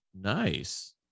Nice